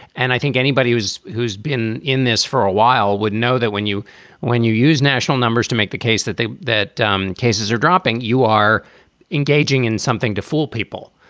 and i think anybody who's who's been in this for a while would know that when you when you use national numbers to make the case that that um cases are dropping, you are engaging in something to fool people.